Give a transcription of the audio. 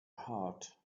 heart